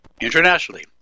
internationally